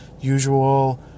usual